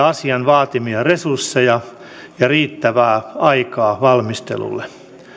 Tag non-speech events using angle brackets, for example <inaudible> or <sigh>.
<unintelligible> asian vaatimia resursseja ja riittävää aikaa valmistelulle